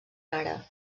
rara